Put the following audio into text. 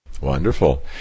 Wonderful